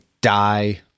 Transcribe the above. die